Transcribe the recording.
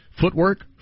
footwork